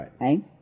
right